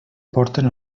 porten